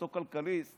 אותו כלכליסט